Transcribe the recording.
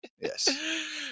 Yes